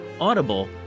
Audible